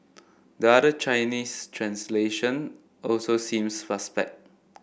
the other Chinese translation also seems suspect